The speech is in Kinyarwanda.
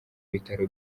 bitaro